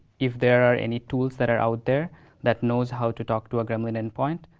if there are any tools that are out there that knows how to talk to a gremlin endpoint,